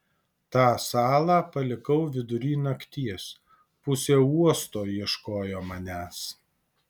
tą salą palikau vidury nakties pusė uosto ieškojo manęs